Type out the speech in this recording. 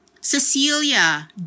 Cecilia